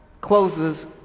closes